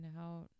out